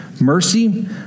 Mercy